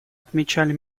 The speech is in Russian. отмечали